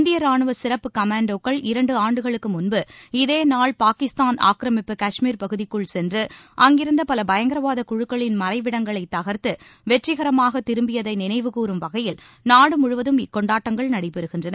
இந்திய ரானுவ சிறப்பு கமாண்டோக்கள் இரண்டு ஆண்டுகளுக்கு முன்பு இதேநாள் பாகிஸ்தான் ஆக்கிரமிப்பு கஷ்மீர் பகுதிக்குள் சென்று அங்கிருந்த பல பயங்கரவாத குழுக்களின் மறைவிடங்களை தன்த்து வகையில் நாடு வெற்றிகரமாக திரும்பியதை நினைவுகூறும் இக்கொண்டாட்டங்கள் முழுவதும் நடைபெறுகின்றன